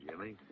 Jimmy